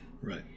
right